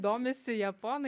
domisi japonai